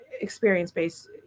experience-based